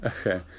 Okay